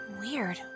weird